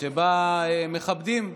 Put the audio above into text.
שבה מכבדים,